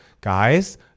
guys